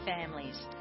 families